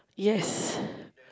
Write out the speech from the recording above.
yes